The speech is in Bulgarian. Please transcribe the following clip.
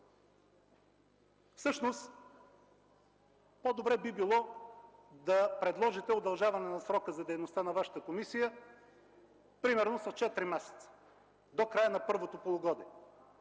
Всъщност по-добре би било да предложите удължаване на срока за дейността на Вашата комисия примерно с четири месеца – до края на първото полугодие,